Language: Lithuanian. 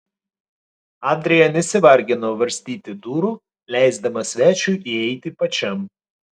adrija nesivargino varstyti durų leisdama svečiui įeiti pačiam